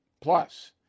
Plus